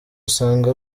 usanga